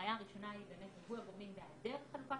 בעיה ראשונה היא ריבוי הגורמים והיעדר חלוקת